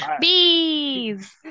Bees